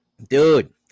Dude